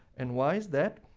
and why is that?